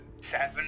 Seven